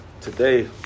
Today